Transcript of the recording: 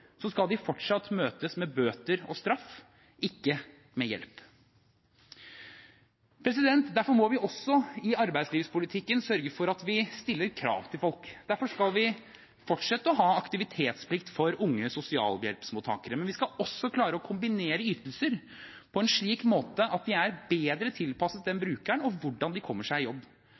skal møtes med bøter og straff, ikke med hjelp. Derfor må vi også i arbeidslivspolitikken sørge for at vi stiller krav til folk. Derfor skal vi fortsette å ha aktivitetsplikt for unge sosialhjelpsmottakere, men vi skal også klare å kombinere ytelser på en slik måte at de er bedre tilpasset brukerne med tanke på hvordan de kommer seg i jobb.